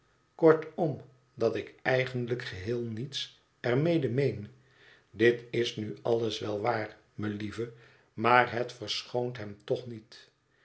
kortom dat ik eigenlijk geheel niets er mede meen dit is nu alles wel waar melieve maar het verschoont hem toch niet